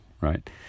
right